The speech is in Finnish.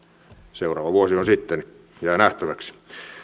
seuraava vuosi on sitten jää nähtäväksi